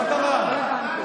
מה קרה?